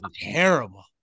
terrible